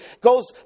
goes